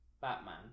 Batman